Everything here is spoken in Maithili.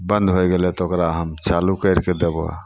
बन्द होइ गेलै तऽ ओकरा चालू करिके देबऽ